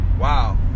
wow